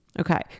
okay